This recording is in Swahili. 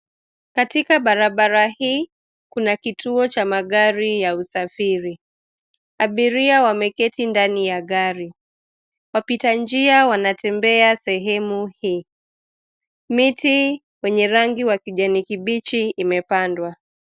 Katika barabara hii kuna kituo cha magari ya usafiri. Abiria wameketi ndani ya gari. Wapita njia wanatembea sehemu hii. Miti wenye rangi ya kijani kibichi imepandwa.